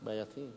בעייתי.